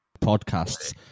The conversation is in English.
podcasts